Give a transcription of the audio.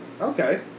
Okay